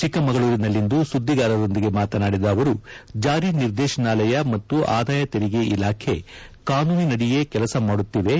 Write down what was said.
ಚಿಕ್ಕಮಗಳೂರಿನಲ್ಲಿಂದು ಸುದ್ದಿಗಾರರೊಂದಿಗೆ ಮಾತನಾಡಿದ ಅವರು ಜಾರಿ ನಿರ್ದೇಶನಾಲಯ ಮತ್ತು ಆದಾಯ ತೆರಿಗೆ ಇಲಾಖೆ ಕಾನೂನಿನದಿಯೇ ಕೆಲಸ ಮಾಡುತ್ತಿವೆ